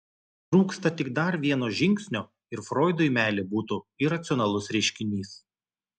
trūksta tik dar vieno žingsnio ir froidui meilė būtų iracionalus reiškinys